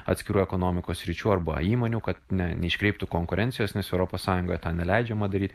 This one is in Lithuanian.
atskirų ekonomikos sričių arba įmonių kad ne neiškreiptų konkurencijos nes europos sąjungoje tą neleidžiama daryt